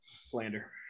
Slander